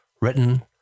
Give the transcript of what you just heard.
written